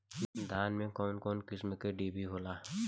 धान में कउन कउन किस्म के डिभी होला?